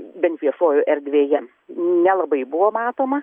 bent viešojoj erdvėje nelabai buvo matoma